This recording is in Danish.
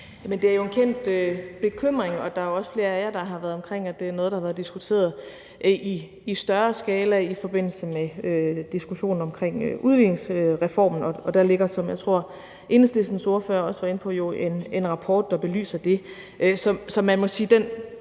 Det er jo en kendt bekymring, og der er også flere af jer, der har været omkring, at det noget, der har været diskuteret i større skala i forbindelse med diskussionen om udligningsreformen. Og der ligger, som jeg tror Enhedslistens ordfører også var inde på, jo en rapport, der belyser det.